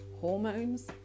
hormones